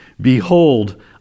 Behold